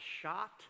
shot